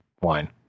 wine